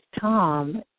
Tom